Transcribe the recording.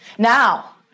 now